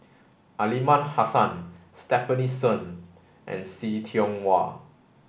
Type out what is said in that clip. Aliman Hassan Stefanie Sun and See Tiong Wah